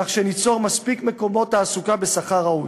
כך שניצור מספיק מקומות תעסוקה בשכר ראוי.